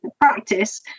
practice